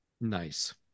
Nice